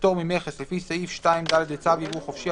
בפטור ממכס לפי סעיף 2(ד) לצו יבוא חופשי,